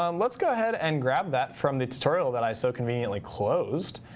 um let's go ahead and grab that from the tutorial that i so conveniently closed.